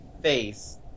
face